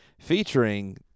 featuring